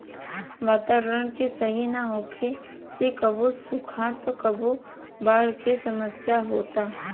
वातावरण के सही ना होखे से कबो सुखा त कबो बाढ़ के समस्या होता